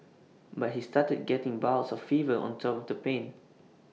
but he started getting bouts of fever on top of the pain